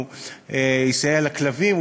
הוא יסייע לכלבים,